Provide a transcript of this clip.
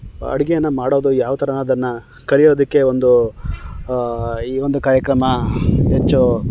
ಅಡುಗೆಯನ್ನ ಮಾಡೋದು ಯಾವ ಥರ ಅನ್ನೊದನ್ನು ಕಲಿಯೋದಕ್ಕೆ ಒಂದು ಈ ಒಂದು ಕಾರ್ಯಕ್ರಮ ಹೆಚ್ಚು